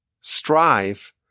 strive